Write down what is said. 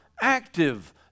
active